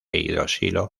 hidroxilo